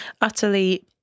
utterly